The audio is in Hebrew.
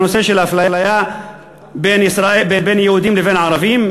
בנושא של האפליה בין יהודים לבין ערבים.